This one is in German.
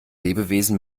lebewesen